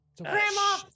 Grandma